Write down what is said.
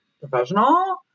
professional